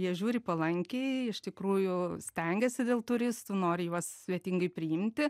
jie žiūri palankiai iš tikrųjų stengiasi dėl turistų nori juos svetingai priimti